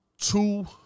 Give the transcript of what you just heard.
two